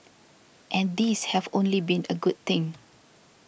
and these have only been a good thing